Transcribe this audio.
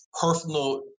personal